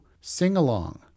sing-along